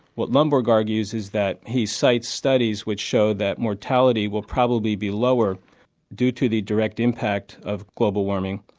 what lomborg argues is that. he cites studies which showed that mortality will probably be lower due to the direct impact of global warming,